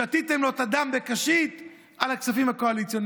שתיתם לו את הדם בקשית על הכספים הקואליציוניים,